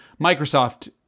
Microsoft